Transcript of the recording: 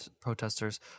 protesters